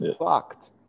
fucked